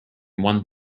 one